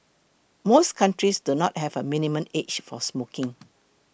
most countries do not have a minimum age for smoking